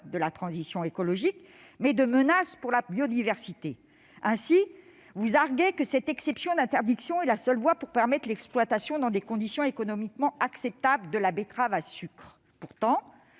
de la transition écologique, mais de menace pour la biodiversité. Ainsi, vous arguez que cette exception d'interdiction est la seule voie pour permettre l'exploitation dans des conditions économiquement acceptables de la betterave à sucre. Pourtant,